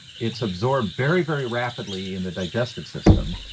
it's absorbed very, very rapidly in the digestive system.